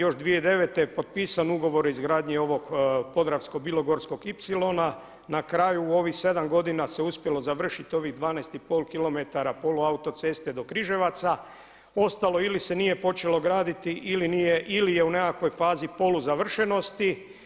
Još 2009. je potpisan ugovor o izgradnji ovog podravsko-bilogorskog ipsilona, na kraju ovih sedam godina se uspjelo završiti ovih 12,5km poluautoceste do Križevaca, ostalo ili se nije počelo graditi ili je u nekakvoj fazi poluzavršenosti.